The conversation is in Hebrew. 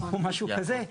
או משהו כזה.